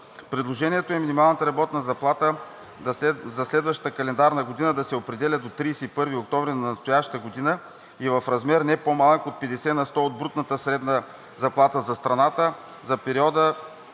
Предложението е минималната работна заплата за следващата календарна година да се определя до 31 октомври на настоящата година и в размер не по-малък от 50 на сто от брутната средна заплата за страната за периода